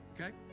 okay